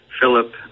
Philip